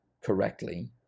correctly